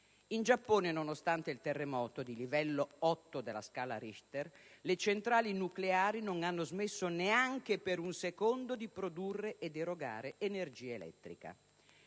in Giappone, nonostante il terremoto di livello otto della scala Richter, le centrali nucleari non hanno smesso, neanche per un secondo, di produrre ed erogare energia elettrica.